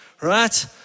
right